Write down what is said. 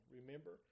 Remember